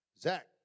Zach